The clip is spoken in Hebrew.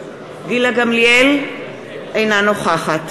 אינה נוכחת